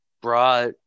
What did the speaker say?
brought